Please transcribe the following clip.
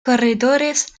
corredores